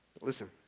Listen